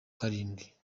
karindwi